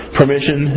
permission